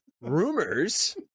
rumors